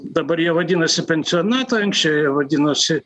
dabar jie vadinasi pensionatai anksčiau jie vadinosi